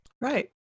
Right